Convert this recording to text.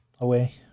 away